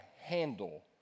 handle